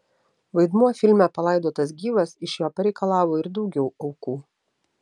vaidmuo filme palaidotas gyvas iš jo pareikalavo ir daugiau aukų